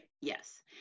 Yes